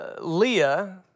Leah